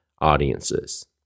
audiences